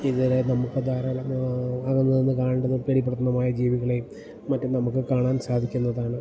ഇവരെ നമുക്ക് ധാരാളം അകന്ന് നിന്ന് കാണുന്നതും പേടിപ്പെടുത്തുതുമായ ജീവികളെയും മറ്റും നമുക്ക് കാണാൻ സാധിക്കുന്നതാണ്